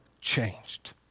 changed